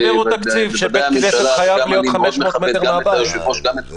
שבית כנסת חייב להיות 500 מטרים מהבית.